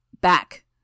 Back